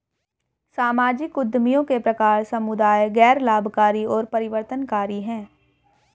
सामाजिक उद्यमियों के प्रकार समुदाय, गैर लाभकारी और परिवर्तनकारी हैं